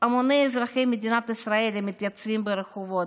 המוני אזרחי מדינת ישראל המתייצבים ברחובות,